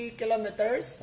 kilometers